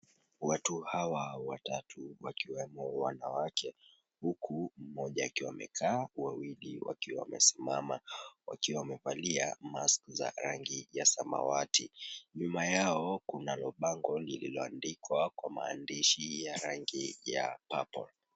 Watu hawa watatu wakiwemo wanawake huku mmoja akiwa amekaa wawili wakiwa wamesimama wakiwa wamevalia mask za rangi ya samawati, nyuma yao kunalo bango lililoandikwa kwa maandishi ya rangi ya purple .